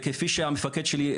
וכפי שהמפקד שלי,